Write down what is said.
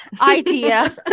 idea